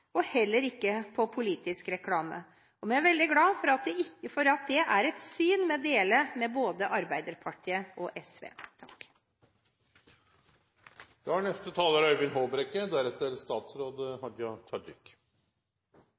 Vi er veldig glade for at det er et syn vi deler med både Arbeiderpartiet og SV. Da takker jeg foregående taler